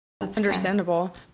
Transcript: understandable